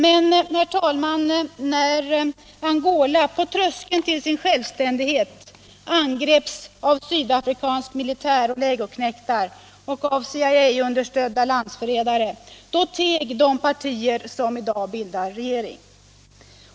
Men, herr talman, när Angola på tröskeln till sin självständighet angreps av sydafrikansk militär och legoknektar och av CIA-understödda landsförrädare, då teg de partier som nu bildar regering.